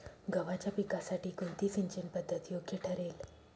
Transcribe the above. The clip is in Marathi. गव्हाच्या पिकासाठी कोणती सिंचन पद्धत योग्य ठरेल?